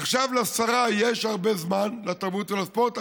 עכשיו לשרה יש הרבה זמן לתרבות ולספורט,